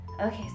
okay